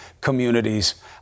communities